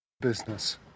business